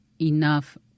enough